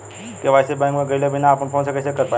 KYC bank मे गएले बिना अपना फोन से कइसे कर पाएम?